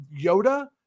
yoda